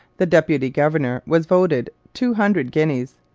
the deputy-governor, was voted two hundred guineas.